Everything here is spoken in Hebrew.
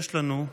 יש לנו,